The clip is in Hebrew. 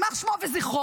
יימח שמו וזכרו,